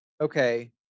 okay